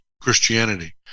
Christianity